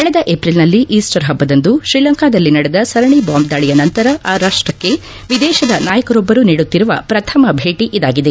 ಕಳೆದ ಏಪ್ರಿಲ್ನಲ್ಲಿ ಈಸ್ಟರ್ ಹಬ್ಬದಂದು ಶ್ರೀಲಂಕಾದಲ್ಲಿ ನಡೆದ ಸರಣಿ ಬಾಂಬ್ ದಾಳಿಯ ನಂತರ ಆ ರಾಷ್ಟಕ್ಕೆ ವಿದೇಶದ ನಾಯಕರೊಬ್ಬರು ನೀಡುತ್ತಿರುವ ಪ್ರಥಮ ಭೇಟ ಇದಾಗಿದೆ